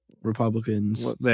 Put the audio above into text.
Republicans